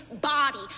body